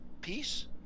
peace